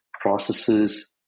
processes